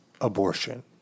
abortion